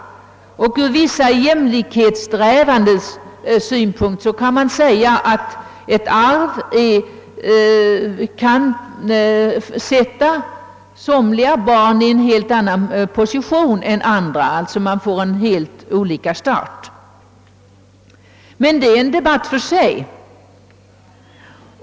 Mot bakgrunden av vissa jämlikhetssträvanden kan det sägas att ett arv kan sätta som liga barn i en annan position än andra så att de får helt olika start. Men det är en debatt för sig.